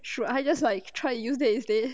should I just like tried to use it instead